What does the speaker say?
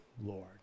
Lord